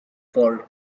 for